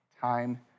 time